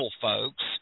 folks